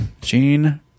Gene